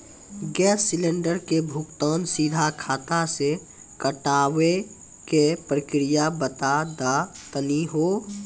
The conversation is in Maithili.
गैस सिलेंडर के भुगतान सीधा खाता से कटावे के प्रक्रिया बता दा तनी हो?